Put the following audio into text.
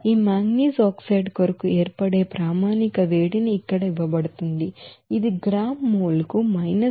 ఈ manganese oxide కొరకు ఏర్పడే స్టాండ్డ్ర్డ్ హీట్ ని ఇక్కడ ఇవ్వబడుతుంది ఇది గ్రాము మోల్ కు 331